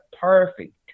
perfect